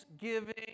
giving